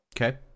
Okay